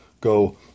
go